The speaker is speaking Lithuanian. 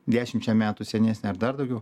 dešimčia metų senesnė ar dar daugiau